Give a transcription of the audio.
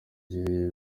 gihe